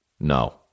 No